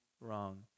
wrong